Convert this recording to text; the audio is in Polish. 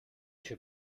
się